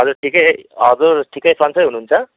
हजुर ठिकै हजुर ठिकै सन्चै हुनुहुन्छ